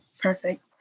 perfect